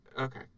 Okay